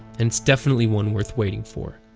and it's definitely one worth waiting for.